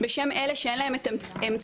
בשם אלה שאין להם את האמצעים,